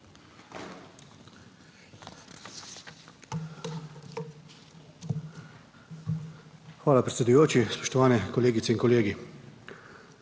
Hvala, predsedujoči. Spoštovani kolegice in kolegi!